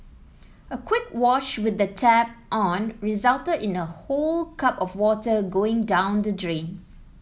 a quick wash with the tap on resulted in a whole cup of water going down the drain